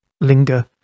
linger